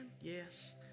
Yes